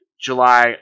July